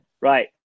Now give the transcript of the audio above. Right